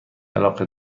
علاقه